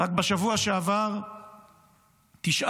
בשבוע שעבר תשעה